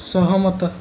ସହମତ